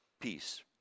peace